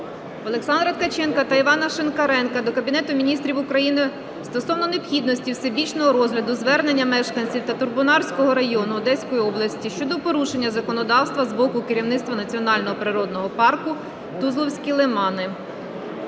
Олександра Ткаченка та Івана Шинкаренка до Кабінету Міністрів України стосовно необхідності всебічного розгляду звернення мешканців Татарбунарського району Одеської області щодо порушення законодавства з боку керівництва Національного природного парку "Тузловські лимани".